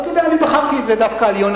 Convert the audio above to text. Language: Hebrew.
אתה יודע, אני בחרתי את זה דווקא על יונה.